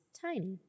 tiny